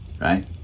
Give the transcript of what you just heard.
right